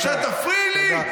שתפריעי לי?